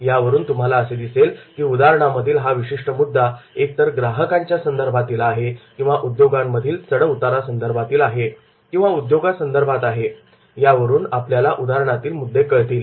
यावरून तुम्हाला असे दिसेल की उदाहरणामधील हा विशिष्ट मुद्दा एक तर ग्राहकांच्या संदर्भातील आहे किंवा उद्योगांमधील चढ उतारांचा संदर्भातील आहे किंवा उद्योगा संदर्भात आहे